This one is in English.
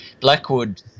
Blackwood